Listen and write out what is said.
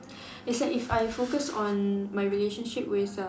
it's like if I focus on my relationship with um